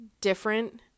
different